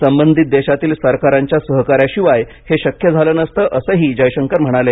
संबधित देशातील सरकारांच्या सहकार्याशिवाय हे शक्य झालं नसतं असंही जयशंकर म्हणाले